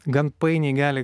gan painiai gali